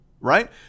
right